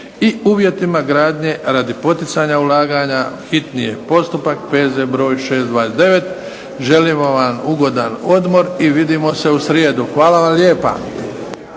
i uvjetima gradnje radi poticanja ulaganja. Hitni je postupak, P.Z. br. 629. Želim vam ugodan odmor i vidimo se u srijedu. Hvala vam lijepa.